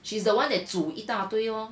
she's the one that 煮一大堆 orh